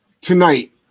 Tonight